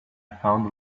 found